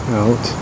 out